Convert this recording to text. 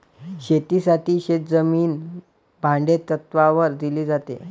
शेतीसाठी शेतजमीन भाडेतत्त्वावर दिली जाते